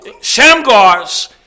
Shamgar's